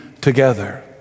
together